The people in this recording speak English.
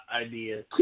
idea